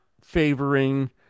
favoring